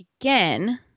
again